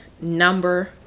number